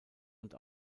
und